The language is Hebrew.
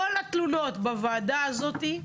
כל התלונות בוועדה הזאת,